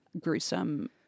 gruesome